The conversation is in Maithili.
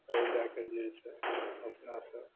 ओहि लए कऽ जे छै अपना सब